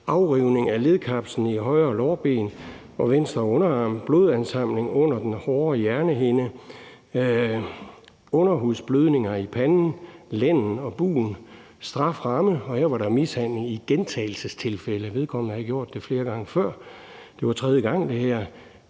afrivning af ledkapslen i højre lårben og venstre underarm, blodansamling under den hårde hjernehinde og underhudsblødninger i panden, lænden og bugen. Her var der mishandling i gentagelsestilfælde. Vedkommende havde gjort det flere gange før. Det her var tredje gang.